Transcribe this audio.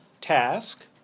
task